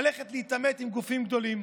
ללכת להתעמת עם גופים גדולים,